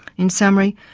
in summary,